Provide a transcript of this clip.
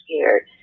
scared